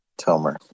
Tomer